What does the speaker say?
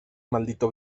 maldito